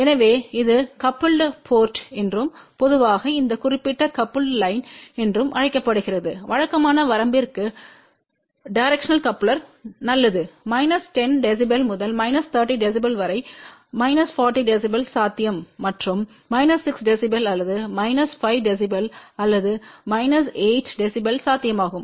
எனவே இது coupled port என்றும் பொதுவாக இந்த குறிப்பிட்ட கபுல்டு லைன் என்றும் அழைக்கப்படுகிறது வழக்கமான வரம்பிற்கு டிரெக்ஷனல் கப்லெர் நல்லது 10 dB முதல் 30 dB வரை 40 dB சாத்தியம் மற்றும் 6 dB அல்லது மைனஸ் 5 dB அல்லது 8 dB சாத்தியமாகும்